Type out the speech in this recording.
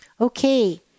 Okay